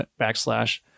backslash